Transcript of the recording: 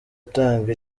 atanga